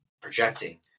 projecting